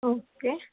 okay